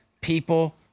people